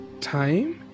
time